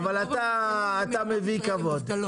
אבל אתה מביא כבוד.